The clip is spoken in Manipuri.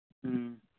ꯎꯝ